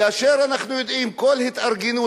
כאשר אנחנו יודעים שכל התארגנות,